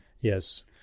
Yes